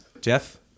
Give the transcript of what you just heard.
Jeff